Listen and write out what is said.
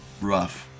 rough